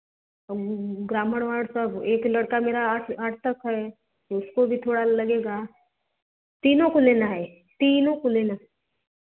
grammar वरामर सब एक लड़का मेरा आठ तक है उसको भी थोड़ा लगेगा तीनों को लेन है तीनों को लेना